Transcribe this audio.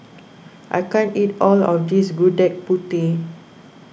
I can't eat all of this Gudeg Putih